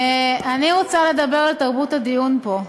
אני רוצה לדבר על תרבות הדיון פה,